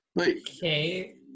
Okay